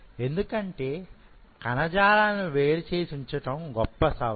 ఎందుకంటే కణజాలాలను వేరు చేసి ఉంచటం గొప్ప సవాలు